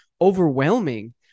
overwhelming